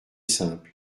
simples